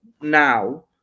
now